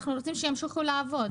אנחנו רוצים שימשיכו לעבוד.